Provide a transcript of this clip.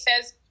says